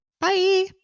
Bye